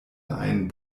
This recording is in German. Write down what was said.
einen